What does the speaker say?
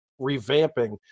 revamping